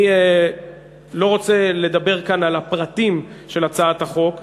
אני לא רוצה לדבר כאן על הפרטים של הצעת החוק,